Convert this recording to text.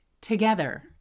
together